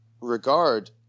regard